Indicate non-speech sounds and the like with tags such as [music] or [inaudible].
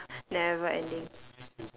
ya [laughs] never ending